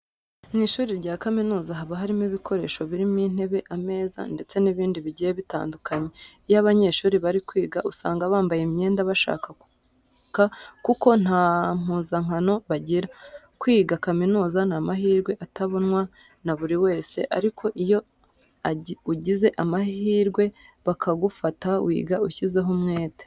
Mu ishuri rya kaminuza haba harimo ibikoresho birimo intebe, ameza ndetse n'ibindi bigiye bitandukanye. Iyo abanyeshuri bari kwiga usanga bambaye imyenda bashaka kuko nta mpuzankano bagira. Kwiga kaminuza ni amahirwe atabonwa na buri wese ariko iyo ugize amahirwe bakagufata wiga ushyizeho umwete.